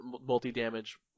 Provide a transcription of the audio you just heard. multi-damage